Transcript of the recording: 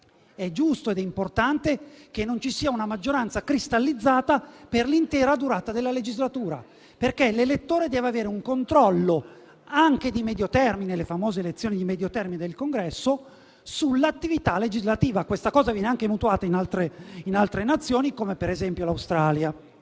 è giusto ed importante che non ci sia una maggioranza cristallizzata per l'intera durata della legislatura, perché l'elettore deve avere un controllo, anche di medio termine - le famose elezioni di medio termine del Congresso - sull'attività legislativa, il che è mutuato anche in altre Nazioni, come per esempio l'Australia.